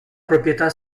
proprietà